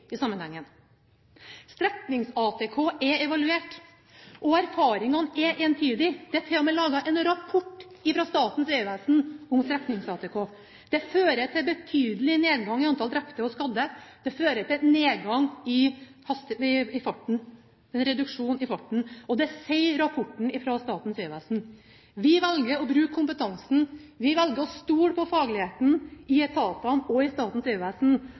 i sammenhengen. Streknings-ATK er evaluert, og erfaringene er entydige. Det er til og med laget en rapport fra Statens vegvesen om streknings-ATK. Det fører til en betydelig nedgang i antall drepte og skadde, det fører til en reduksjon i farten. Det sier rapporten fra Statens vegvesen. Vi velger å bruke kompetansen. Vi velger å stole på fagligheten i etatene og i Statens